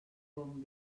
bon